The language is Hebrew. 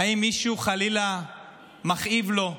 האם מישהו חלילה מכאיב לו?